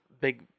big